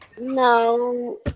No